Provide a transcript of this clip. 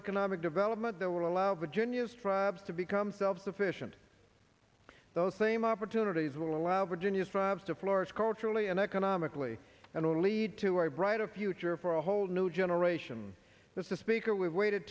economic development that will allow virginia's tribes to become self sufficient those same opportunities will allow virginia's tribes to florence culturally and economically and or lead to a brighter future for a whole new generation that's the speaker we've waited